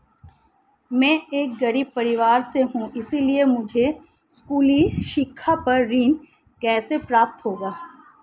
मैं एक गरीब परिवार से हूं इसलिए मुझे स्कूली शिक्षा पर ऋण कैसे प्राप्त होगा?